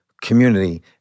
community